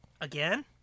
Again